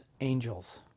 angels